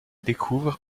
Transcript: découvre